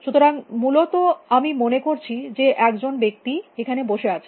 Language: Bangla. সুতরাং মূলত আমি মনে করছি যে একজন ব্যক্তি এখানে বসে আছেন